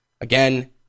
Again